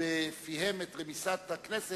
בפיהם את רמיסת הכנסת,